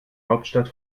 hauptstadt